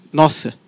nossa